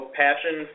passion